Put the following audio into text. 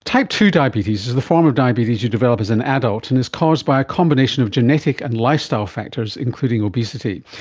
type two diabetes is the form of diabetes you develop as an adult and is caused by a combination of genetic and lifestyle factors, including obesity.